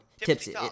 Tipsy